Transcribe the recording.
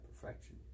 perfection